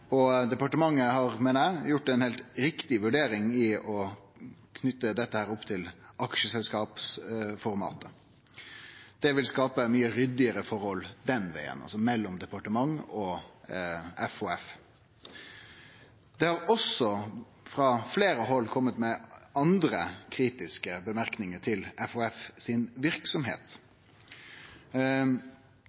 Departementet har, meiner eg, gjort ei heilt riktig vurdering ved å knyte dette til aksjeselskapsforma. Det vil skape mykje ryddigare forhold den vegen, altså mellom departementet og FHF. Det har også frå fleire hald kome andre kritiske merknader til